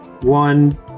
one